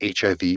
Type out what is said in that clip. HIV